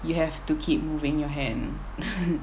you have to keep moving your hand